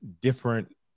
different